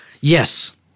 yes